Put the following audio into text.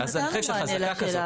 אנחנו נתנו מענה לשאלה הזאת.